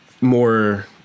more